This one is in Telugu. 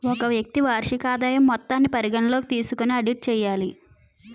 ఒక వ్యక్తి వార్షిక ఆదాయం మొత్తాన్ని పరిగణలోకి తీసుకొని ఆడిట్ చేయాలి